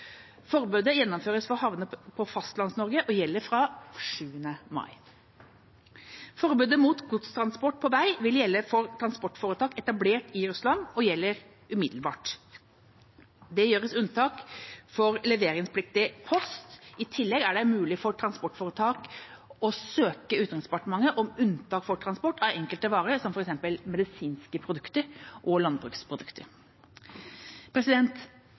Forbudet gjennomføres for havner i Fastlands-Norge og gjelder fra 7. mai. Forbudet mot godstransport på vei vil gjelde for transportforetak etablert i Russland og gjelder umiddelbart. Det gjøres unntak for leveringspliktig post. I tillegg er det mulig for transportforetak å søke Utenriksdepartementet om unntak for transport av enkelte varer, som f.eks. medisinske produkter og landbruksprodukter.